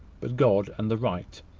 but god and the right.